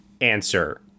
answer